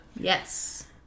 Yes